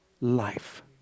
life